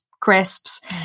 crisps